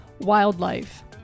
wildlife